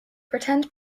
pretend